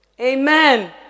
Amen